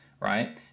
Right